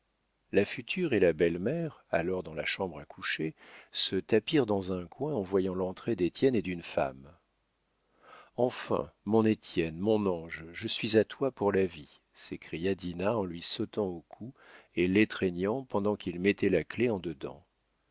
la future et la belle-mère alors dans la chambre à coucher se tapirent dans un coin en voyant l'entrée d'étienne et d'une femme enfin mon étienne mon ange je suis à toi pour la vie s'écria dinah en lui sautant au cou et l'étreignant pendant qu'il mettait la clef en dedans